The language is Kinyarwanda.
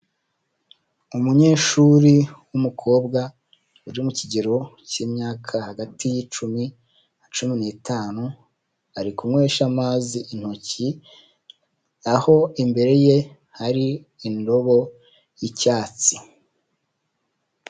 Umunyeshuri w'umukobwa uri mu kigero cy'imyaka hagati y'icumi, cumi n'itanu ari kunywesha amazi intoki aho imbere ye hari indobo y'icyatsi.